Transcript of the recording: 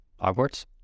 Hogwarts